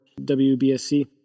WBSC